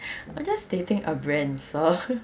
I'm just stating a brand sir